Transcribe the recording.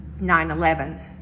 9-11